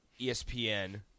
espn